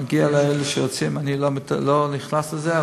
מגיע לאלה שרוצים, אני לא נכנס לזה.